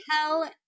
tell